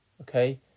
okay